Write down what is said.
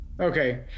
Okay